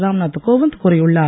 ராம் நாத் கோவிந்த் கூறியுள்ளார்